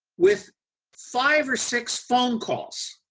with five or six phone calls